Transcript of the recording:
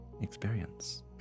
experience